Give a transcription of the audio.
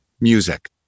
music